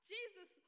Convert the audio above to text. Jesus